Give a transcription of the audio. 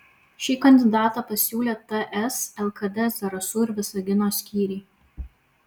šį kandidatą pasiūlė ts lkd zarasų ir visagino skyriai